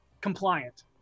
compliant